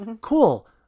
Cool